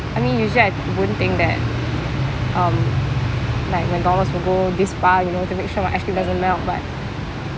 I mean usually I wouldn't think that um mc~ mcdonald's would go this far you know to make sure my ice cream doesn't melt but